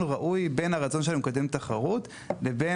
ראוי בין הרצון שלנו לקדם תחרות לבין